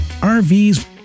RVs